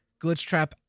Glitchtrap